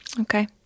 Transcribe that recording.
Okay